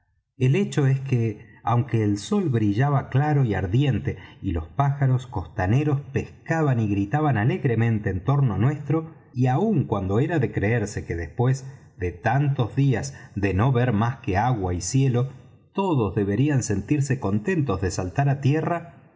el hecho es que aunque el sol brillaba claro y ardiente y los pájaros costaneros pescaban y gritaban alegremente en torno nuestro y aun cuando era de creerse que después de tantos días de no ver más que agua y cielo todos deberían sentirse contentos de saltar á tierra